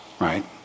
right